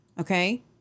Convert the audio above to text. Okay